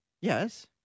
Yes